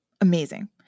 amazing